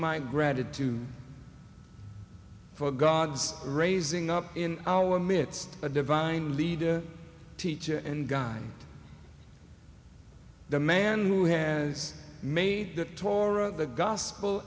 my gratitude for god's raising up in our midst a divine leader teacher and guide the man who has made the torah the gospel